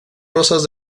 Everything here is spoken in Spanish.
rosas